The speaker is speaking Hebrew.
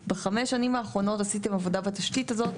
בחמש השנים האחרונות עשיתם עבודה בתשתית הזאת,